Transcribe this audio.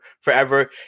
forever